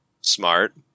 Smart